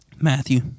Matthew